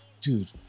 dude